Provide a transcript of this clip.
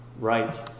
Right